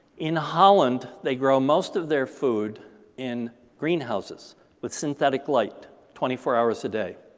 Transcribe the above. in holland, they grow most of their food in greenhouses with synthetic light twenty four hours a day.